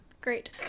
Great